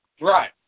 Right